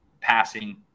passing